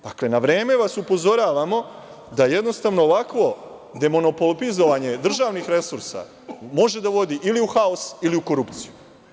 Dakle, na vreme vas upozoravamo da ovakvo demonopolizovanje državnih resursa može da vodi ili u haos ili u korupciju.